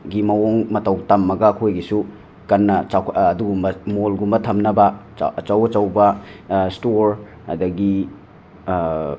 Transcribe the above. ꯒꯤ ꯃꯑꯣꯡ ꯃꯇꯧ ꯇꯝꯃꯒ ꯑꯩꯈꯣꯏꯒꯤꯁꯨ ꯀꯟꯅ ꯆꯥꯎꯈꯠ ꯑꯗꯨꯒꯨꯝꯕ ꯃꯣꯜꯒꯨꯝꯕ ꯊꯝꯅꯕ ꯑꯆꯧ ꯑꯆꯧꯕ ꯁ꯭ꯇꯣꯔ ꯑꯗꯒꯤ